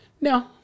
No